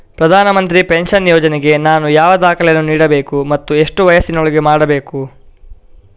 ಪ್ರಧಾನ ಮಂತ್ರಿ ಪೆನ್ಷನ್ ಯೋಜನೆಗೆ ನಾನು ಯಾವ ದಾಖಲೆಯನ್ನು ನೀಡಬೇಕು ಮತ್ತು ಎಷ್ಟು ವಯಸ್ಸಿನೊಳಗೆ ಮಾಡಬೇಕು?